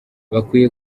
bakwiye